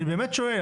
אני באמת שואל.